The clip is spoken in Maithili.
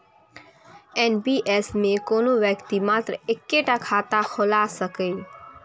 एन.पी.एस मे कोनो व्यक्ति मात्र एक्के टा खाता खोलाए सकैए